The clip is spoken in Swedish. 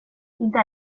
inte